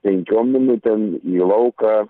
penkiom minutėm į lauką